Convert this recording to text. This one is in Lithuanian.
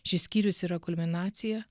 šis skyrius yra kulminacija